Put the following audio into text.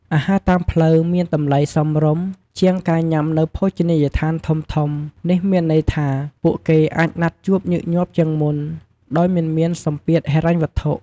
អាហារតាមផ្លូវមាន តម្លៃសមរម្យ ជាងការញ៉ាំនៅភោជនីយដ្ឋានធំៗ នេះមានន័យថា ពួកគេអាចណាត់ជួបញឹកញាប់ជាងមុន ដោយមិនមានសម្ពាធហិរញ្ញវត្ថុ។